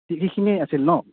সেইখিনিয়ে আছিল ন